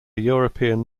european